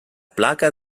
placa